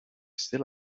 still